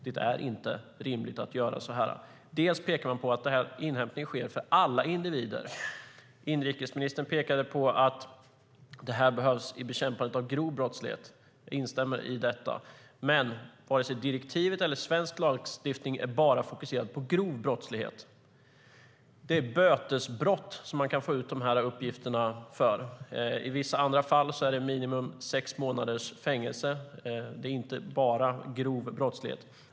Det är inte rimligt att göra så här. Bland annat pekar man på att inhämtning sker för alla individer. Inrikesministern pekade på att det här behövs i bekämpandet av grov brottslighet. Jag instämmer i det. Men varken direktivet eller svensk lagstiftning har fokus enbart på grov brottslighet. Det är bötesbrott man kan få ut de där uppgifterna för. I vissa fall är det brott som ger minst sex månaders fängelse. Det är inte bara grov brottslighet.